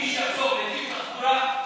מי שיחסום נתיב תחבורה,